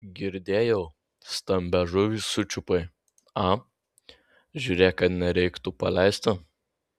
girdėjau stambią žuvį sučiupai a žiūrėk kad nereiktų paleisti